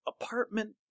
apartment